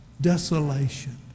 Desolation